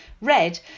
Red